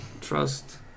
Trust